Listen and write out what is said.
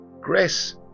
Grace